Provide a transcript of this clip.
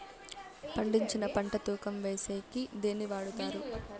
పండించిన పంట తూకం వేసేకి దేన్ని వాడతారు?